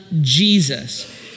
Jesus